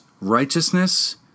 righteousness